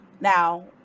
Now